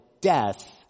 death